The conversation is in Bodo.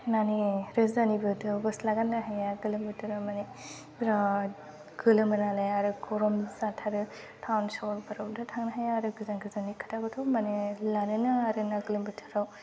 माने रोजानिथ' गस्ला गाननो हाया गोलोम बोथोराव माने बिराद गोलोमो नालाय आरो गरम जाथारो टाउन सहरफोरावथ' थांनो हाया आरो गोजान गोजाननि खोथाबोथ' माने लानो नाङा आरो गोलोम बोथोराव